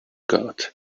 god